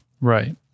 Right